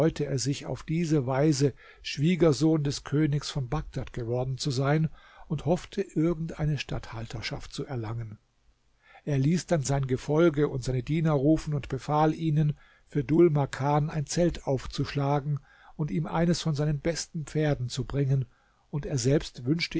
sich auf diese weise schwiegersohn des königs von bagdad geworden zu sein und hoffte irgend eine statthalterschaft zu erlangen er ließ dann sein gefolge und seine diener rufen und befahl ihnen für dhul makan ein zelt aufzuschlagen und ihm eines von seinen besten pferden zu bringen und er selbst wünschte